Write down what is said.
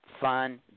fun